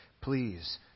please